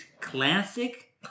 classic